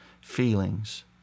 feelings